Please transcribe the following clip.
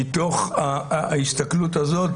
מתוך ההסתכלות הזאת,